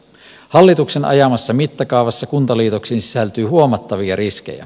hallituksen ajamassa mittakaavassa kuntaliitoksiin sisältyy huomattavia riskejä